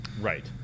Right